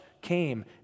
came